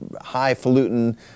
highfalutin